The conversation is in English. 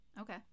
Okay